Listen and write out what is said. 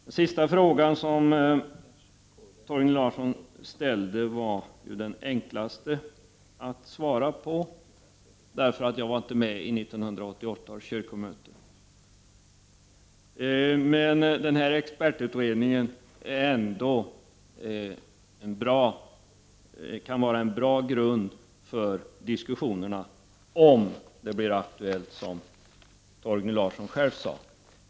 Den sista fråga som Torgny Larsson ställde var den enklaste att svara på, eftersom jag inte var med på 1988 års kyrkomöte. En expertutredning kan vara en bra grund för diskussionerna om det blir aktuellt, som Torgny Larsson själv sade.